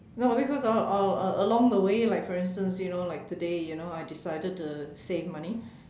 no because uh uh along the way like for instance you know like today you know I decided to save money